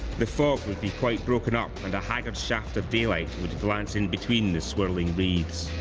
the fog would be quite broken up, and a haggard shaft of daylight would glance in between the swirling wreaths.